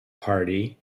party